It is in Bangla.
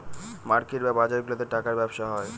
মার্কেট বা বাজারগুলাতে টাকার ব্যবসা হয়